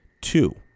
Two